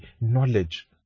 knowledge